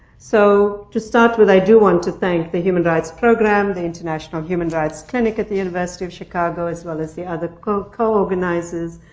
so to start with, i do want to thank the human rights program, the international human rights clinic at the university of chicago, as well as the other co-organizers,